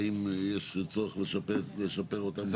האם יש צורך לשפר אותם?